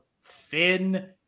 Finn